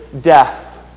death